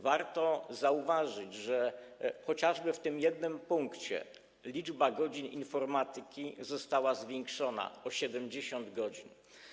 Warto zauważyć, że chociażby w tym jednym punkcie liczba godzin informatyki została zwiększona o 70 godzin.